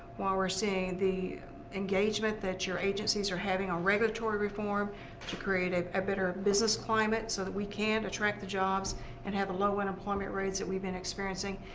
why we're seeing the engagement that your agencies are having on ah regulatory reform to create a better business climate so that we can attract the jobs and have the low unemployment rates that we've been experiencing.